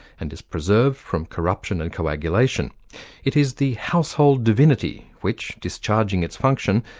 and is preserved from corruption and coagulation it is the household divinity which, discharging its function,